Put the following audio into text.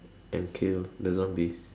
and kill the zombies